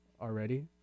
already